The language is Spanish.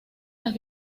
las